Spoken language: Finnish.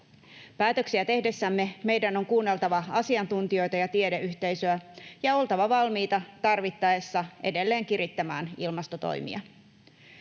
Päätöksiä tehdessämme meidän on kuunneltava asiantuntijoita ja tiedeyhteisöä ja oltava valmiita tarvittaessa edelleen kirittämään ilmastotoimia.